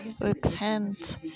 repent